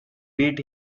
beat